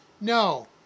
No